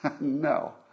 No